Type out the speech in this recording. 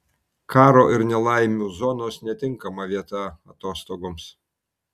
karo ir nelaimių zonos netinkama vieta atostogoms